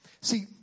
See